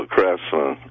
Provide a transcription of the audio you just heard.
Craftsman